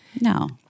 No